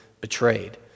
betrayed